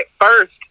first